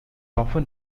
often